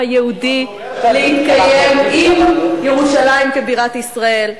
היהודי להתקיים עם ירושלים כבירת ישראל.